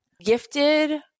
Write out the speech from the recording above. gifted